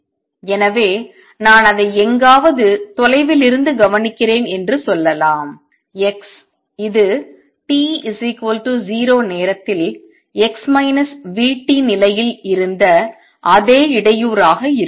எனவே நான் அதை எங்காவது தொலைவிலிருந்து கவனிக்கிறேன் என்று சொல்லலாம் x இது t 0 நேரத்தில் x vt நிலையில் இருந்த அதே இடையூறாக இருக்கும்